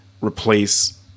replace